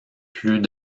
plus